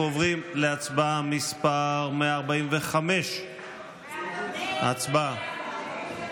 אנחנו עוברים להצבעה על מס' 145. הצבעה.